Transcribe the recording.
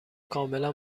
کاملا